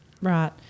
Right